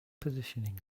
positioning